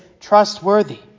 trustworthy